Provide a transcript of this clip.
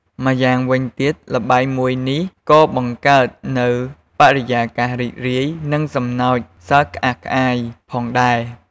ម្យ៉ាងវិញទៀត ល្បែងមួយនេះក៏បង្កើតនូវបរិយាកាសរីករាយ និងសំណើចសើចក្អាកក្អាយផងដែរ។